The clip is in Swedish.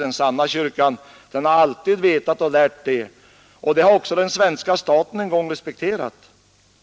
Den sanna kyrkan har alltid vetat och lärt ut det, och det har också den svenska staten en gång respekterat.